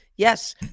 Yes